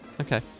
okay